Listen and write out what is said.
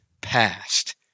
past